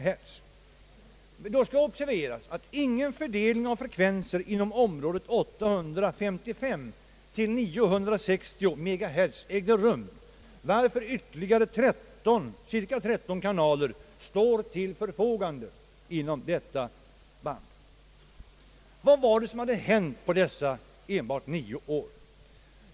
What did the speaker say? Man måste då observera att ingen fördelning av frekvenser inom området 855—960 MHz ägde rum, varför ytter ligare cirka 13 kanaler står till förfogande inom detta band. Vad hade hänt enbart på dessa nio år?